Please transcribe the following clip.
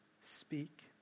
speak